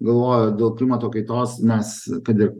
galvoju dėl klimato kaitos mes kad ir